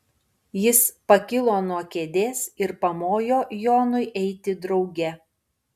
jis pakilo nuo kėdės ir pamojo jonui eiti drauge